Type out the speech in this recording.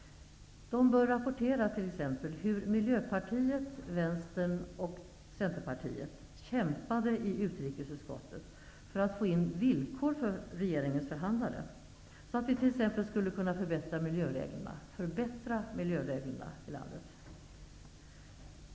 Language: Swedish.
Det bör t.ex. rapporteras hur Miljöpartiet, Vänstern och Centerpartiet kämpade i utrikesutskottet för att få in villkor för regeringens förhandlare, så att vi t.ex. skulle kunna förbättra miljöreglerna i landet.